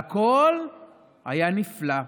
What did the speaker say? והכול היה נפלא.